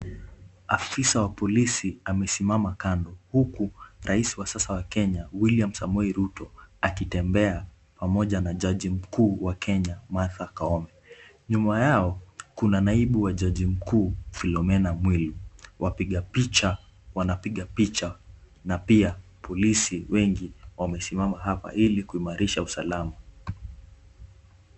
Afisa wa polisi amesimama kando huku rais wa sasa wa Kenya William Samoei Ruto akitembea pamoja na jaji mkuu wa Kenya Martha Koome. Nyuma yao kuna naibu wa jaji mkuu ,Philomena Mwilu. Wakipiga picha, wanapiga picha na pia polisi wengi wamesimama hapa ili kuimarisha usalama.